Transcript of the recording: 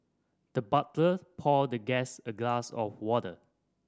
the butler poured the guest a glass of water